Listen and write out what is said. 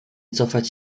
cofać